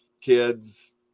kids